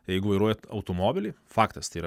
jeigu vairuojat automobilį faktas tai yra